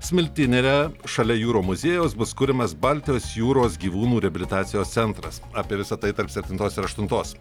smiltynėne šalia jūrų muziejaus bus kuriamas baltijos jūros gyvūnų reabilitacijos centras apie visa tai tarp septintos ir aštuntos